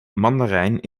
mandarijn